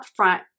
upfront